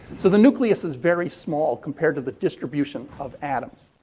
so the nucleus is very small compared to the distribution of atoms.